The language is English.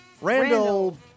Randall